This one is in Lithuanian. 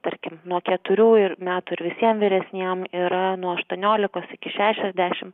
tarkim nuo keturių ir metų ir visiem vyresniem yra nuo aštuoniolikos iki šešiasdešimt